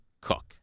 cook